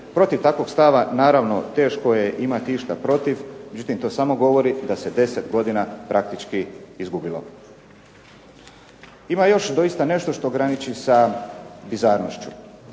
Protiv takvog stava naravno teško je imati išta protiv, međutim to samo govori da se 10 godina praktički izgubilo. Ima još doista nešto što graniči sa bizarnošću.